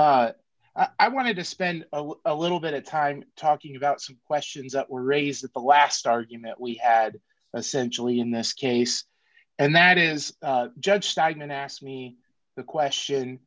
to it i want to spend a little bit of time talking about some questions that were raised at the last argument we had essentially in this case and that is judge stagnant asked me the question